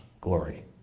glory